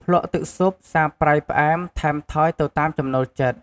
ភ្លក្សទឹកស៊ុប សាបប្រៃផ្អែម ថែមថយទៅតាមចំណូលចិត្ត។